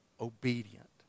obedient